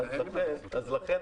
אז לכן,